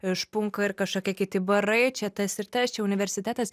špunka ir kažkokie kiti barai čia tas ir tas čia jau universitetas